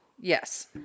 Yes